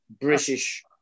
british